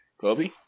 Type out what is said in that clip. Kobe